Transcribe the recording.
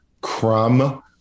crumb